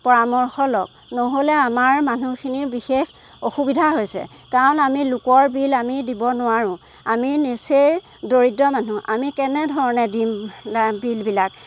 পৰামৰ্শ লওক নহ'লে আমাৰ মানুহখিনিৰ বিশেষ অসুবিধা হৈছে কাৰণ আমি লোকৰ বিল আমি দিব নোৱাৰো আমি নিচেয় দৰিদ্ৰ মানুহ আমি কেনেধৰণে দিম বিলবিলাক